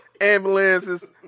ambulances